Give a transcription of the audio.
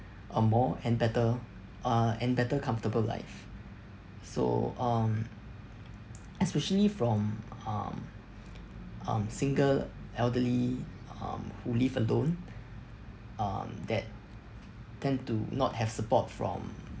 a more and better uh and better comfortable life so um especially from um um single elderly um who live alone um that tend to not have support from